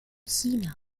china